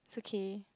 it's okay